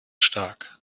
stark